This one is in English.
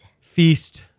Feast